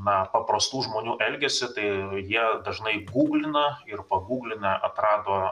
na paprastų žmonių elgesį tai jie dažnai gūglina ir pagūglinę atrado